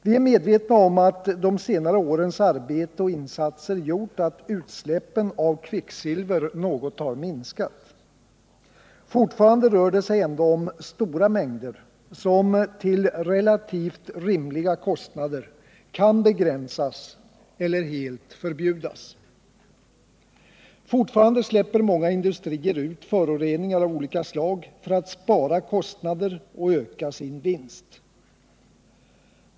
Vi är medvetna om att de senare årens arbete och insatser har gjort att utsläppen av kvicksilver något har minskat. Fortfarande rör det sig ändå om stora mängder, som till relativt rimliga kostnader kan begränsas eller helt förbjudas. Fortfarande släpper många industrier ut föroreningar av olika slag för att spara kostnader och öka sin vinst.